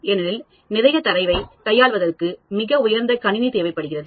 ஏனெனில் நிறைய தரவை கையாள்வதற்கு மிக உயர்ந்த கணினி தேவைப்படுகிறது